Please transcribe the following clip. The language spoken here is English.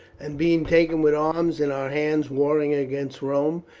and being taken with arms in our hands warring against rome,